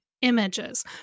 images